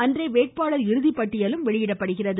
அன்றே வேட்பாளர் இறுதிப்பட்டியலும் வெளியிடப்படுகிறது